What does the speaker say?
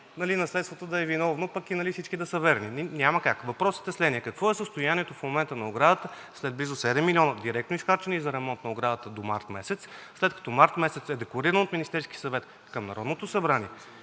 наследството да е виновно, а пък нали всички да са верни – няма как! Въпросът е следният: какво е състоянието в момента на оградата след близо 7 милиона, директно изхарчени за ремонт на оградата до март месец, а след март месец е декларирано от Министерския съвет към Народното събрание,